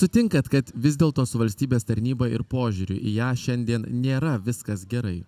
sutinkat kad vis dėlto su valstybės tarnyba ir požiūriu į ją šiandien nėra viskas gerai